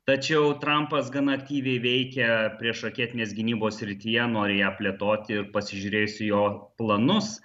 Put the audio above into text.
tačiau trampas gana aktyviai veikia priešraketinės gynybos srityje nori ją plėtoti ir pasižiūrėjus į jo planus